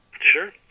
Sure